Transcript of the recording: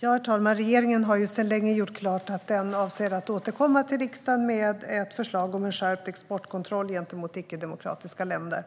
Herr talman! Regeringen har sedan länge gjort klart att den avser att återkomma till riksdagen med ett förslag om en skärpt exportkontroll gentemot icke-demokratiska länder.